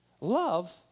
Love